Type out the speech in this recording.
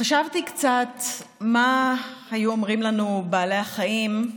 חשבתי קצת מה היו אומרים לנו בעלי החיים,